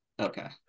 okay